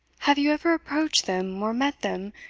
have you ever approached them, or met them,